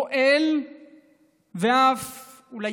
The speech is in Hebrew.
פועלים ואף אולי